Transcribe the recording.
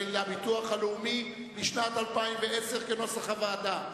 הביטוח הלאומי לשנת 2010 כנוסח הוועדה.